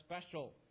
special